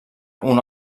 una